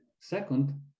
Second